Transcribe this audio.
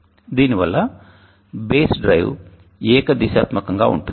దీనివల్ల base drive ఏకదిశాత్మకముగా ఉంటుంది